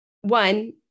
one